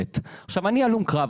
אני הלום קרב.